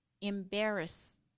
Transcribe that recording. embarrass